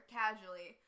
casually